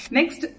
Next